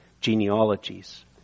genealogies